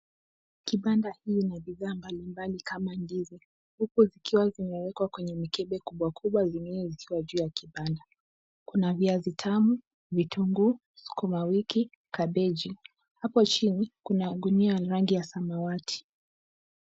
Kibanda hii ni ya bidhaa mbalimbali kama ndizi, huku zikiwa zimewekwa kwenye mikebe kubwa kubwa, zingine zikiwa juu ya kibanda. Kuna viazi tamu, vitunguu, sukuma wiki, kabeji. Hapo chini kuna gunia ya rangi ya samawati.